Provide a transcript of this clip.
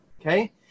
Okay